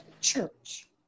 church